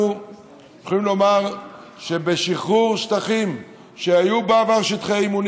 אנחנו יכולים לומר שבשחרור שטחים שהיו בעבר שטחי אימונים,